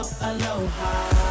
Aloha